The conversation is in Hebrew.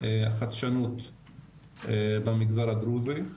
החדשנות במגזר הדרוזי.